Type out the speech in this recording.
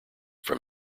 from